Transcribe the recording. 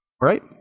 right